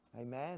Amen